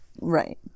Right